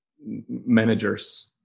managers